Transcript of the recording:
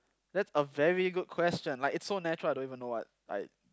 that's a very good question like it's so natural I don't even know what I